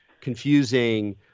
confusing